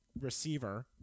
Receiver